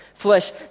Flesh